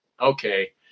Okay